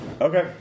Okay